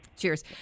Cheers